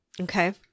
okay